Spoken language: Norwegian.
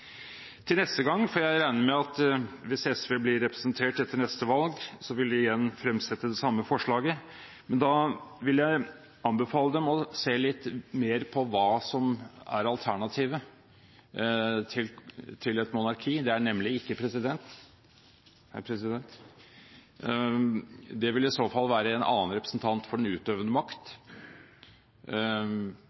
Til neste gang, for jeg regner med at hvis SV blir representert etter neste valg, vil de fremsette det samme forslaget, vil jeg anbefale dem å se litt mer på hva som er alternativet til et monarki. Det er nemlig ikke en president. Det ville i så fall være en annen representant for den utøvende makt,